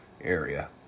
area